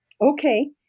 Okay